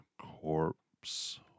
corpse